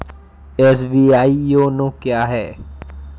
SBI YONO क्या है?